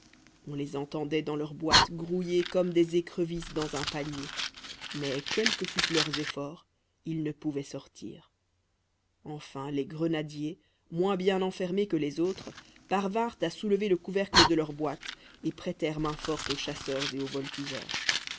on les entendait dans leurs boites grouiller comme des écrevisses dans un panier mais quels que fussent leurs efforts ils ne pouvaient sortir enfin les grenadiers moins bien enfermés que les autres parvinrent à soulever le couvercle de leur boîte et prêtèrent main-forte aux chasseurs et aux voltigeurs